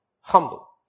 humble